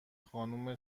خانم